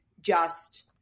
just-